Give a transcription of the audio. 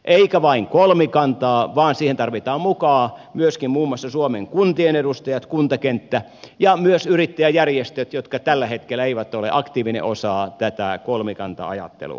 eikä vain kolmikantaa vaan siihen tarvitaan mukaan myöskin muun muassa suomen kuntien edustajat kuntakenttä ja myös yrittäjäjärjestöt jotka tällä hetkellä eivät ole aktiivinen osa tätä kolmikanta ajattelua